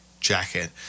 jacket